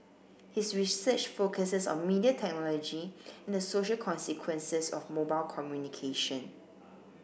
his research focuses on media technology and the social consequences of mobile communication